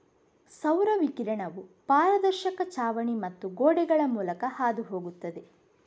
ಸೌರ ವಿಕಿರಣವು ಪಾರದರ್ಶಕ ಛಾವಣಿ ಮತ್ತು ಗೋಡೆಗಳ ಮೂಲಕ ಹಾದು ಹೋಗುತ್ತದೆ